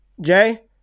Jay